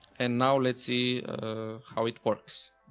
and now let's see how it works.